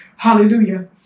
Hallelujah